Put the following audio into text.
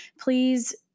please